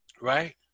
right